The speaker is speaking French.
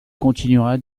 continuera